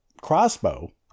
crossbow